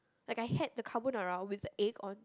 like I had the carbonara with egg on